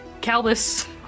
Calvis